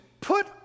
put